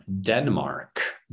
Denmark